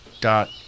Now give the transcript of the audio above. dot